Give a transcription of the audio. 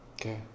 Okay